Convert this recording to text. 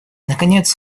наконец